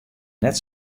net